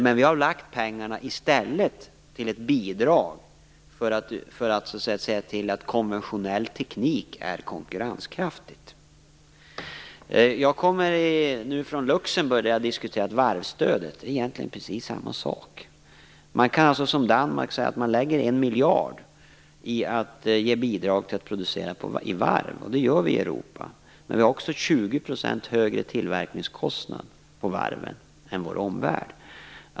Men vi har i stället använt pengarna till ett bidrag för att se till att konventionell teknik är konkurrenskraftig. Jag kommer nu från Luxemburg där jag har diskuterat varvsstödet. Det är egentligen precis samma sak. Man kan, som Danmark, lägga 1 miljard på att ge bidrag till att producera i varv, och det gör vi Europa. Men vi har också tillverkningskostnader på varven som är 20 % högre än i vår omvärld.